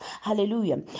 hallelujah